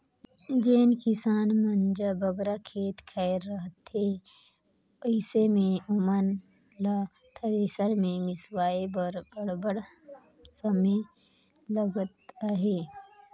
जेन किसान मन जग बगरा खेत खाएर रहथे अइसे मे ओमन ल थेरेसर मे मिसवाए बर अब्बड़ समे लगत अहे